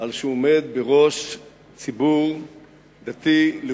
על שהוא עומד בראש ציבור דתי-לאומי-ציוני,